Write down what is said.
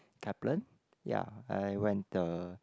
Kaplan ya I went the